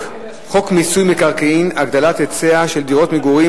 מיסוי מקרקעין (הגדלת ההיצע של דירת מגורים,